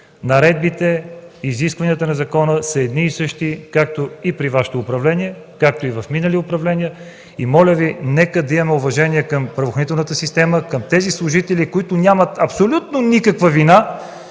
Наредбите, изискванията на закона са едни и същи – както при Вашето управление, както и при минали управления. Моля Ви, нека да имаме уважение към правоохранителната система, към тези служители, които нямат абсолютно никаква вина